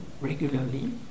regularly